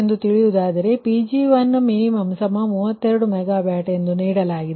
ಎಂದು ತಿಳಿಯುವುದಾದರೆ Pg1min32 MW ಎಂದು ನೀಡಲಾಗಿದೆ